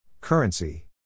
Currency